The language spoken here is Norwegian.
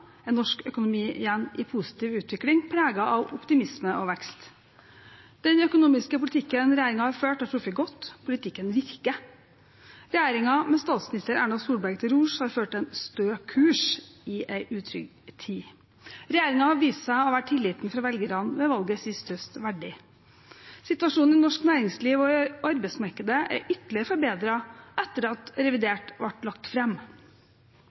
igjen i positiv utvikling, preget av optimisme og vekst. Den økonomiske politikken regjeringen har ført, har truffet godt. Politikken virker. Regjeringen, med statsminister Erna Solberg til rors, har ført en stø kurs i en utrygg tid. Regjeringen har vist seg å være velgernes tillit ved valget sist høst verdig. Situasjonen i norsk næringsliv og i arbeidsmarkedet er ytterligere forbedret etter at revidert ble lagt